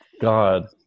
God